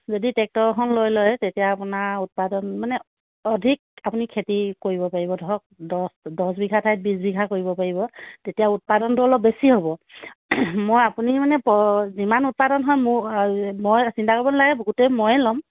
যদি টেক্টৰ এখন লৈ লয় তেতিয়া আপোনাৰ উৎপাদন মানে অধিক আপুনি খেতি কৰিব পাৰিব ধৰক দহ দহ বিঘাৰ ঠাইত বিশ বিঘা কৰিব পাৰিব তেতিয়া উৎপাদনটো অলপ বেছি হ'ব মই আপুনি মানে প যিমান উৎপাদন হয় মোৰ মই চিন্তা কৰিব নালাগে গোটেই ময়েই লম